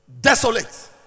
desolate